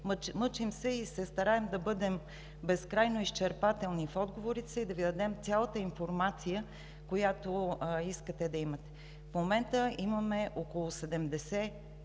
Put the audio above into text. мъчим се и се стараем да бъдем безкрайно изчерпателни в отговорите си и да Ви дадем цялата информация, която искате да имате. В момента имаме около 70